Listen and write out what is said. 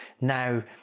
now